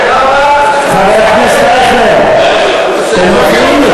חבר הכנסת אייכלר, אתם מפריעים לי